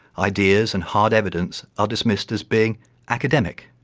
ideas and hard evidence are dismissed as being academic,